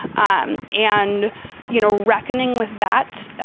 and and, you know, reckoning with that.